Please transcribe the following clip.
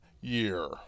year